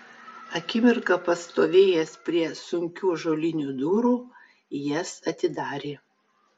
akimirką pastovėjęs prie sunkių ąžuolinių durų jas atidarė